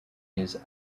his